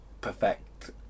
perfect